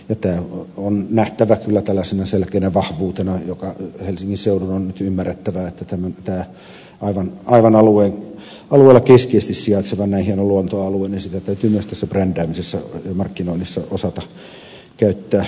tämä on nähtävä kyllä selkeänä vahvuutena joka helsingin seudun on nyt ymmärrettävä että aivan alueella keskeisesti sijaitsevaa näin hienoa luontoaluetta täytyy myös tässä brändäämisessä ja markkinoinnissa osata käyttää hyödyksi